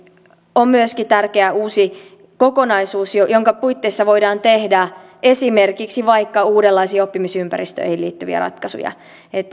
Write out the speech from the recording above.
on myöskin tärkeä uusi kokonaisuus jonka puitteissa voidaan tehdä esimerkiksi vaikka uudenlaisiin oppimisympäristöihin liittyviä ratkaisuja eli